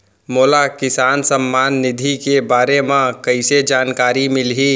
मोला किसान सम्मान निधि के बारे म कइसे जानकारी मिलही?